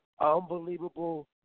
Unbelievable